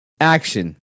Action